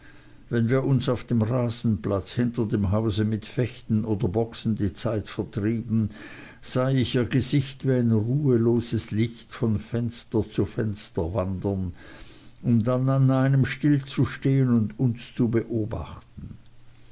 wenn wir uns auf dem rasenplatz hinter dem hause mit fechten oder boxen die zeit vertrieben sah ich ihr gesicht wie ein ruheloses licht von fenster zu fenster wandern um dann an einem stillzustehen und uns zu beobachten